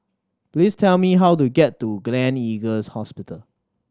please tell me how to get to Gleneagles Hospital